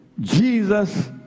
Jesus